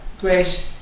Great